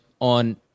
on